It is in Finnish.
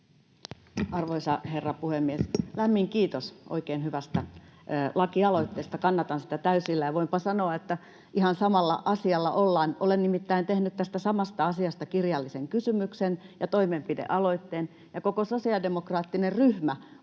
Arvoisa herra puhemies! Lämmin kiitos oikein hyvästä lakialoitteesta. Kannatan sitä täysillä, ja voinpa sanoa, että ihan samalla asialla ollaan. Olen nimittäin tehnyt tästä samasta asiasta kirjallisen kysymyksen ja toimenpidealoitteen, ja koko sosiaalidemokraattinen ryhmä